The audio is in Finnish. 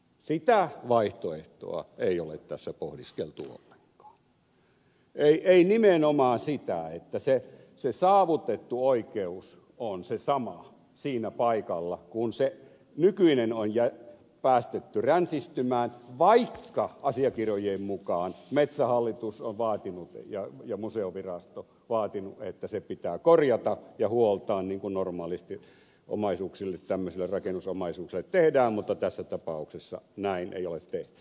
sitä vaihtoehtoa ei ole tässä pohdiskeltu ollenkaan ei nimenomaan sitä että se saavutettu oikeus on se sama siinä paikalla kun se nykyinen on päästetty ränsistymään vaikka asiakirjojen mukaan metsähallitus on vaatinut ja museovirasto vaatinut että se pitää korjata ja huoltaa niin kuin normaalisti tämmöisille rakennusomaisuuksille tehdään mutta tässä tapauksessa näin ei ole tehty